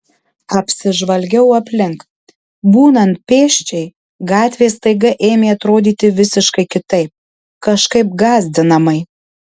apsižvalgiau aplink būnant pėsčiai gatvės staiga ėmė atrodyti visiškai kitaip kažkaip gąsdinamai